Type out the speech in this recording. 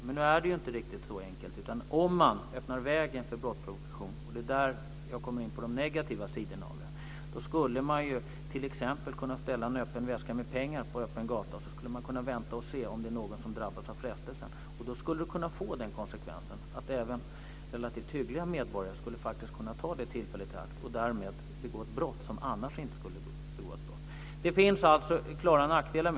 Men nu är det inte riktigt så enkelt. Om man öppnar vägen för brottsprovokation - och det är där jag kommer in på de negativa sidorna - skulle man t.ex. kunna ställa en öppen väska med pengar på en gata och sedan skulle man kunna vänta och se om någon drabbades av frestelsen. Då skulle det kunna få den konsekvensen att även relativt hyggliga medborgare som annars inte skulle begå ett brott faktiskt skulle kunna ta tillfället i akt och därmed begå ett brott. Det finns alltså klara nackdelar.